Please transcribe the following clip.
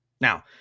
Now